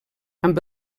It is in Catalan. amb